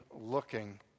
looking